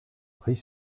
rhys